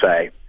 say